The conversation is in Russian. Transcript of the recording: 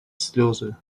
слезы